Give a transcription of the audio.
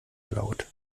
laut